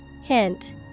Hint